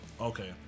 Okay